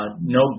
no